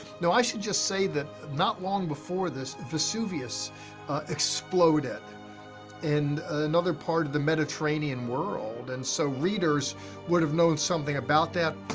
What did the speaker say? now, i should just say that, not long before before this, vesuvius exploded in another part of the mediterranean world, and so readers would've known something about that,